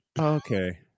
Okay